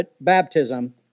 baptism